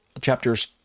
chapters